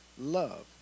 love